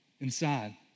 inside